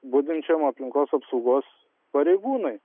budinčiam aplinkos apsaugos pareigūnui